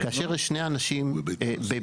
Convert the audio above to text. כאשר יש שני אנשים במשותף,